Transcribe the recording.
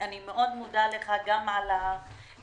אני מאוד מודה לך גם על